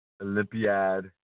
Olympiad